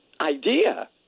idea